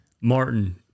Martin